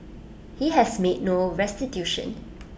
he has made no restitution